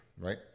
right